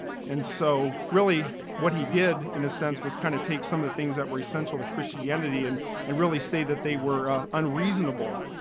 and so really, what he did in a sense, was kind of take some of the things that were essential to christianity and and really say that they were ah unreasonable.